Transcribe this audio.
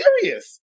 serious